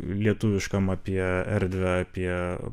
lietuviškam apie erdvę apie